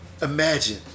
Imagine